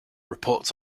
reports